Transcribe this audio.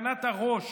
הרכנת הראש